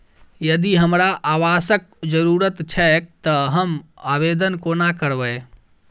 यदि हमरा आवासक जरुरत छैक तऽ हम आवेदन कोना करबै?